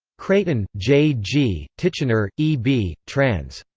creighton, j g, titchener, e b, trans.